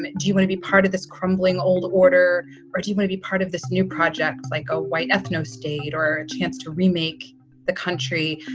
and do you want to be part of this crumbling old order or do you want to be part of this new projects like a white ethno state or a chance to remake the country,